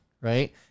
right